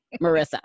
Marissa